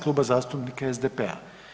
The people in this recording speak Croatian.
Kluba zastupnika SDP-a.